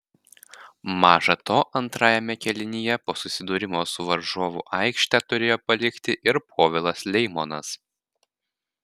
maža to antrajame kėlinyje po susidūrimo su varžovu aikštę turėjo palikti ir povilas leimonas